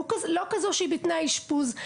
לא כזו שהיא בתנאי אשפוז,